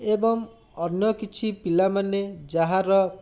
ଏବଂ ଅନ୍ୟ କିଛି ପିଲାମାନେ ଯାହାର